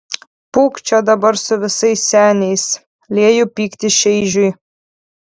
pūk čia dabar su visais seniais lieju pyktį šeižiui